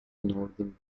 northern